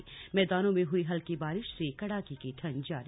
और मैदानों में हुई हलकी बारिश से कड़ाके की ठंड जारी